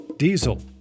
Diesel